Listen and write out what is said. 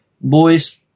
boys